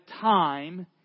time